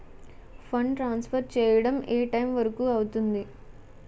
Fund transfer చేయడం ఏ time వరుకు అవుతుంది?